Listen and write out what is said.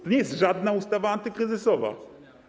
To nie jest żadna ustawa antykryzysowa.